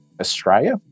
Australia